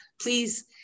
please